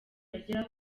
agera